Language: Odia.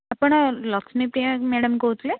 ଆପଣ ଲକ୍ଷ୍ମୀପ୍ରିୟା ମ୍ୟାଡ଼ାମ୍ କହୁଥିଲେ